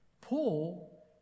Paul